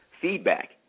feedback